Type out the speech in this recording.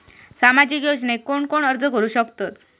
सामाजिक योजनेक कोण कोण अर्ज करू शकतत?